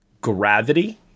Gravity